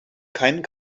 kein